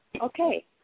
Okay